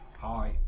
hi